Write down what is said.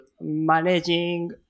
managing